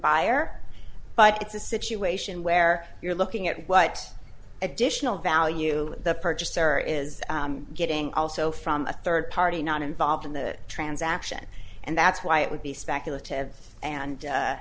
buyer but it's a situation where you're looking at what additional value the purchaser is getting also from a third party not involved in the transaction and that's why it would be speculative and